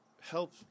help